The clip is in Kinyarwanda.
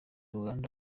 uganda